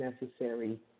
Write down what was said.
necessary